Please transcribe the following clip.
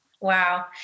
Wow